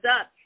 up